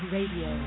Radio